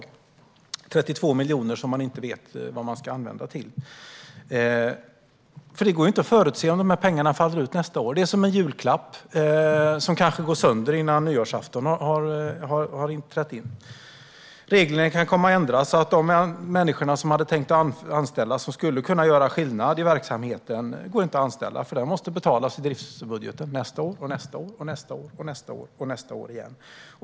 Man vet inte vad man ska använda de 32 miljonerna till. Det går inte att förutse om de pengarna faller ut nästa år. Det är som en julklapp som kanske går sönder före nyårsafton. Reglerna kan komma att ändras, så att de människor som man hade tänkt anställa och som skulle kunna göra skillnad i verksamheten inte går att anställa. Det här måste kanske betalas i driftsbudgeten nästa år, nästa år, nästa år, nästa år och nästa år igen.